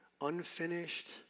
unfinished